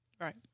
Right